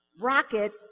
Rocket